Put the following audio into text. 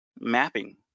mapping